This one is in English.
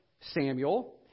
Samuel